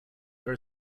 are